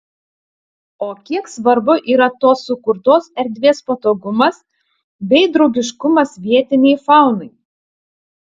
o kiek svarbu yra tos sukurtos erdvės patogumas bei draugiškumas vietinei faunai